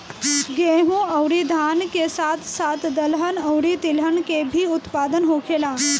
गेहूं अउरी धान के साथ साथ दहलन अउरी तिलहन के भी उत्पादन होखेला